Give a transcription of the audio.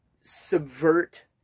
subvert